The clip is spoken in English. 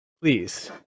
please